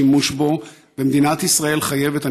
ומדינת ישראל חייבת,